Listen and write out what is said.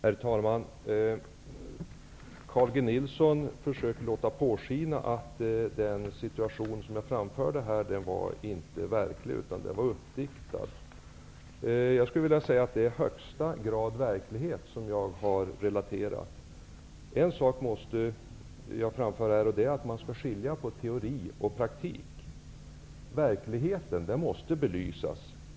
Herr talman! Carl G Nilsson försöker låta påskina att den situation jag relaterade inte var verklig, utan uppdiktad. Det jag har relaterat är i högsta grad verklighet. Man skall skilja på teori och praktik. Verkligheten måste belysas.